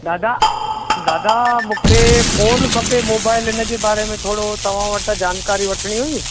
दादा दादा मूंखे फ़ोन खपे मोबाइल इनजे बारे में थोरो तव्हां वटां जानकारी वठिणी हुई